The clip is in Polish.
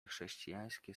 chrześcijańskie